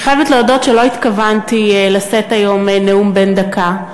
אני חייבת להודות שלא התכוונתי לשאת היום נאום בן דקה,